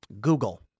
Google